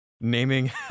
naming